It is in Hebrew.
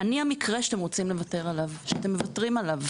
אני המקרה שאתם מוותרים עליו,